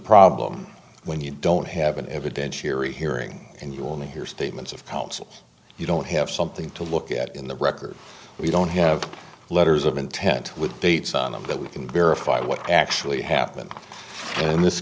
problem when you don't have an evidentiary hearing and you only hear statements of problems you don't have something to look at in the record we don't have letters of intent with dates on them that we can verify what actually happened in this